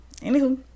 anywho